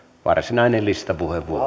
varsinainen listapuheenvuoro